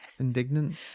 indignant